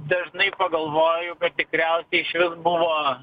dažnai pagalvoju kad tikriausiai išvis buvo